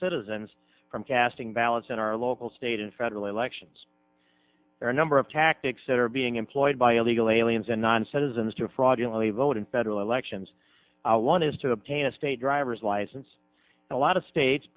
citizens from casting ballots in our local state and federal elections are a number of tactics that are being employed by illegal aliens and non citizens to fraudulently vote in federal elections one is to obtain a state driver's license a lot of states